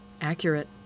Accurate